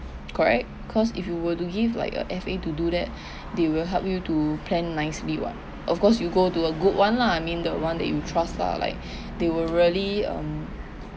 correct cause if you were to give like a F_A to do that they will help you to plan nicely [what] of course you go to a good one lah I mean the one that you trust lah like they will really um